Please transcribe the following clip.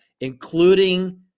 including